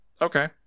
Okay